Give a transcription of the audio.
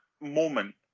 moment